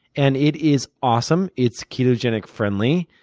and it is awesome. it's ketogenic-friendly.